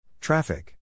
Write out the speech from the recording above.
traffic